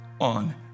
on